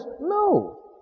No